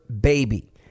baby